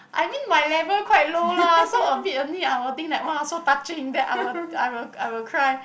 I mean my level quite low lah so a bit only I will think like !wah! so touching then I will I will I will cry